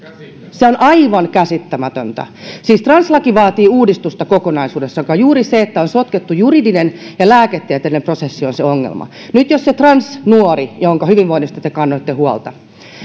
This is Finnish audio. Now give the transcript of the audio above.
se on aivan käsittämätöntä siis translaki vaatii uudistusta kokonaisuudessaan ja juuri se että on sotkettu juridinen ja lääketieteellinen prosessi on ongelma jos se transnuori jonka hyvinvoinnista te kannoitte huolta